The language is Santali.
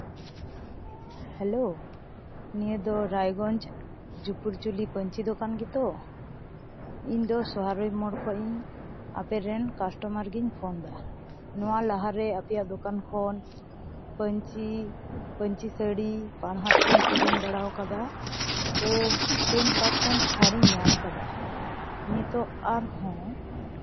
ᱦᱮᱞᱳ ᱱᱤᱭᱟᱹ ᱫᱚ ᱨᱟᱭᱜᱚᱧᱡᱽ ᱡᱩᱯᱩᱨᱡᱩᱞᱤ ᱯᱟᱹᱧᱪᱤ ᱫᱚᱠᱟᱱ ᱜᱮᱛᱚ ᱤᱧ ᱫᱚ ᱥᱚᱦᱟᱨᱚᱭ ᱢᱳᱲ ᱠᱷᱚᱱᱤᱧ ᱟᱯᱮ ᱨᱮᱱ ᱠᱟᱥᱴᱚᱢᱟᱨ ᱜᱤᱧ ᱯᱷᱳᱱᱫᱟ ᱱᱚᱣᱟ ᱞᱟᱦᱟ ᱨᱮ ᱟᱯᱮᱭᱟᱜ ᱫᱚᱠᱟᱱ ᱠᱷᱚᱱ ᱯᱟᱹᱧᱪᱤ ᱯᱟᱹᱧᱪᱤ ᱥᱟᱹᱲᱤ ᱯᱟᱲᱦᱟᱴ ᱠᱩᱧ ᱠᱤᱨᱤᱧ ᱵᱟᱲᱟᱣ ᱠᱟᱫᱟ ᱛᱚ ᱴᱮᱱ ᱯᱟᱨᱥᱮᱱ ᱪᱷᱟᱲᱤᱧ ᱧᱟᱢ ᱠᱟᱫᱟ ᱱᱤᱛᱳᱜ ᱟᱨᱦᱚᱸ